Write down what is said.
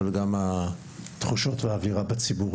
אבל גם התחושות והאווירה בציבור.